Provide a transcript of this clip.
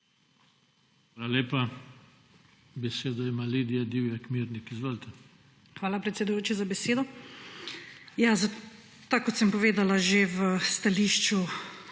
Hvala, predsedujoči, za besedo.